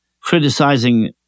criticizing